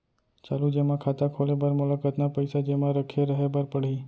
चालू जेमा खाता खोले बर मोला कतना पइसा जेमा रखे रहे बर पड़ही?